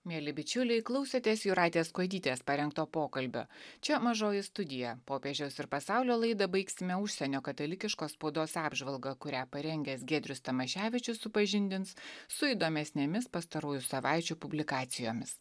mieli bičiuliai klausėtės jūratės kuodytės parengto pokalbio čia mažoji studija popiežius ir pasaulio laida baigsime užsienio katalikiškos spaudos apžvalga kurią parengęs giedrius tamaševičius supažindins su įdomesnėmis pastarųjų savaičių publikacijomis